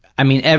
i mean,